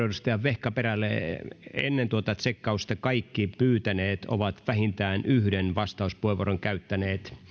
edustaja vehkaperälle kaikki ennen tuota tsekkausta pyytäneet ovat vähintään yhden vastauspuheenvuoron käyttäneet